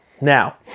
Now